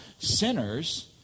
sinners